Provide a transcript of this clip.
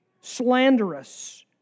slanderous